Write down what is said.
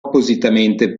appositamente